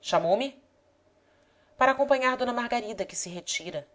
chamou-me para acompanhar d margarida que se retira